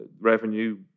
revenue